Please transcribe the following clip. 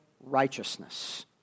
righteousness